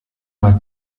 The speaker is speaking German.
mal